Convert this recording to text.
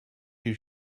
you